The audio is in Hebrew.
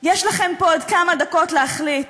יש לכם פה עוד כמה דקות להחליט.